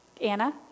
Anna